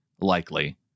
likely